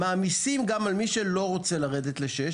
מעמיסים גם על מי שלא רוצה לרדת לכביש 6